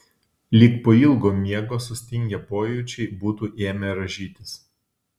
lyg po ilgo miego sustingę pojūčiai būtų ėmę rąžytis